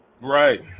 Right